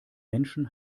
menschen